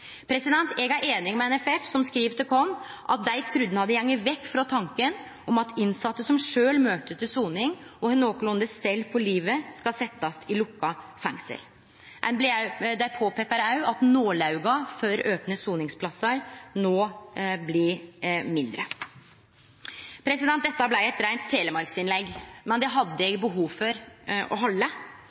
Eg er einig med NFF, som skriv til oss at dei trudde at ein hadde gått vekk frå tanken om at innsette som sjølv møter til soning og har nokolunde stell på livet, skal setjast i lukka fengsel. Dei påpeikar òg at nålauget for opne soningsplassar no blir mindre. Dette blei eit reint telemarksinnlegg, men det hadde eg behov for å halde.